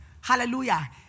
Hallelujah